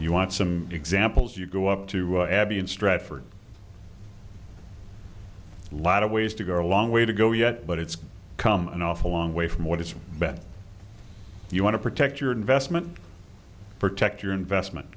you want some examples you go up to abbey in stratford a lot of ways to go a long way to go yet but it's come an awful long way from what it's been you want to protect your investment protect your investment